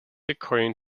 according